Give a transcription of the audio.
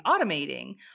automating